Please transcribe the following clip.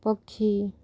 ପକ୍ଷୀ